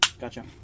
gotcha